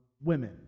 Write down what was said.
women